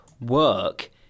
work